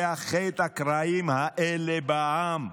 תאחד את הקרעים האלה בעם,